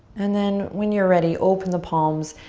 and then when you're ready, open the palms,